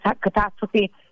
catastrophe